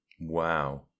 Wow